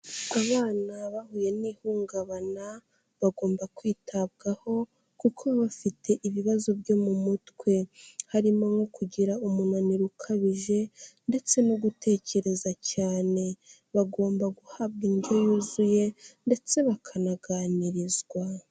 Abana bahuye n'ihungabana bagomba kwitabwaho, kuko baba bafite ibibazo byo mu mutwe. Harimo nko kugira umunaniro ukabije ndetse no gutekereza cyane. Bagomba guhabwa indyo yuzuye ndetse bakanaganirizwa.